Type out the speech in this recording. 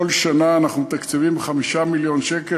כל שנה אנחנו מתקצבים 5 מיליון שקל.